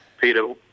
Peter